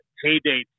heyday